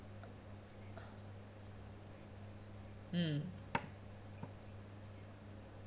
mm